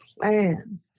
plan